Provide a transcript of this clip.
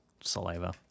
saliva